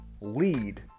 lead